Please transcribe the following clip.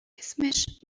اسمش